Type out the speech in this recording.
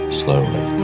slowly